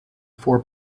four